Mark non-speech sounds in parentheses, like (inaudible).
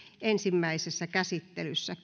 ensimmäisessä käsittelyssä (unintelligible)